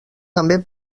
també